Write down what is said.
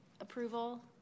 Approval